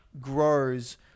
grows